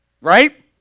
Right